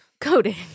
coding